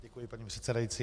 Děkuji, paní předsedající.